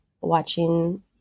watching